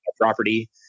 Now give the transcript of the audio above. property